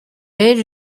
age